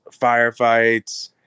firefights